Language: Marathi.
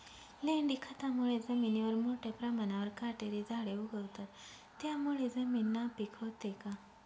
लेंडी खतामुळे जमिनीवर मोठ्या प्रमाणावर काटेरी झाडे उगवतात, त्यामुळे जमीन नापीक होते का?